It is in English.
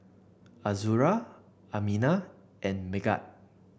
Azura Aminah and Megat